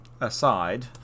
Aside